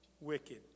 wicked